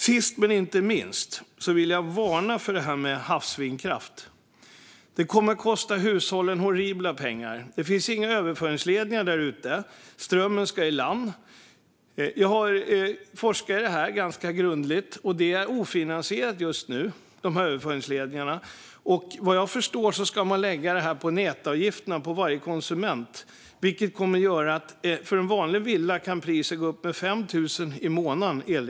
Sist men inte minst vill jag varna för havsvindkraft. Den kommer att kosta hushållen horribla pengar. Det finns inga överföringsledningar där ute, och strömmen ska i land. Jag har forskat i det här ganska grundligt och sett att överföringsledningarna just nu är ofinansierade. Vad jag förstår ska man lägga detta på nätavgifterna för varje konsument, vilket kommer att göra att elräkningen för en vanlig villa kan gå upp med 5 000 i månaden.